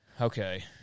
Okay